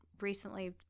recently